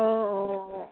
অঁ অঁ